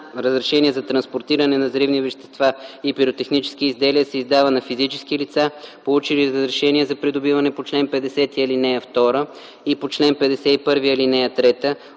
Разрешение за транспортиране на взривни вещества и пиротехнически изделия се издава на физически лица, получили разрешение за придобиване по чл. 50, ал. 2 и по чл. 51, ал. 3